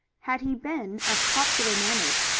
had he been of popular manners,